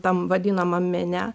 tam vadinamam mene